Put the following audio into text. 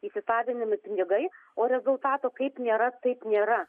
įsisavinami pinigai o rezultato kaip nėra taip nėra